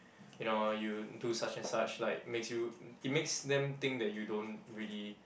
you know you do such and such like makes you it makes them think that you don't really